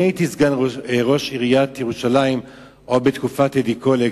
הייתי סגן ראש עיריית ירושלים עוד בתקופת טדי קולק,